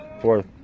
fourth